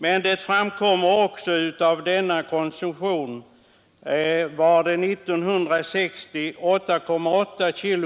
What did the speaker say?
Men det framkommer också att av denna konsumtion var 8,8 kg